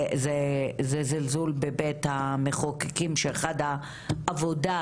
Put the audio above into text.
זה זלזול בבית המחוקקים שאחת העבודות